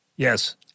Yes